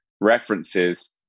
references